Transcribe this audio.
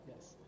Yes